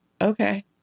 Okay